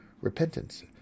repentance